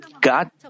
God